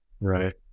Right